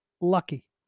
lucky